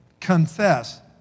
confess